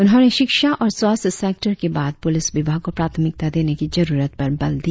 उन्होंने शिक्षा और स्वास्थ्य सेक्टर के बाद पुलिस विभाग को प्राथमिकता देने की जरुरत पर बल दिया